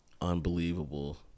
unbelievable